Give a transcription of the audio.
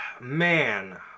man